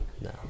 No